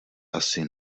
asi